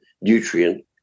nutrient